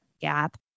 gap